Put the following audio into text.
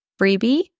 freebie